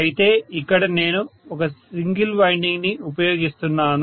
అయితే ఇక్కడ నేను ఒక సింగిల్ వైండింగ్ ని ఉపయోగిస్తున్నాను